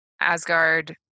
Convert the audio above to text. Asgard